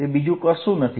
તેથી અહીં